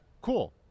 Cool